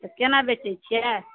तऽ केना बेचै छियै